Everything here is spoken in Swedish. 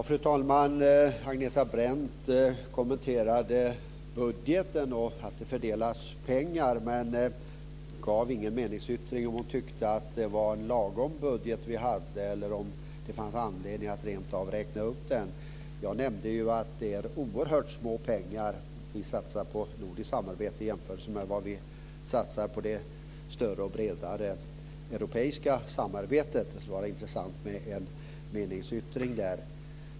Fru talman! Agneta Brendt kommenterade budgeten och att det fördelades pengar. Men hon gav inte någon meningsyttring om ifall hon tyckte det var en lagom budget vi hade eller om det fanns anledning att rent av räkna upp den. Jag nämnde att det är oerhört små pengar vi satsar på nordiskt samarbete i jämförelse med vad vi satsar på det större och bredare europeiska samarbetet. Det skulle vara intressant med en meningsyttring där.